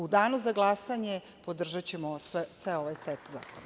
U danu za glasanje podržaćemo ceo ovaj set zakona.